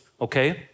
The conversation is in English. Okay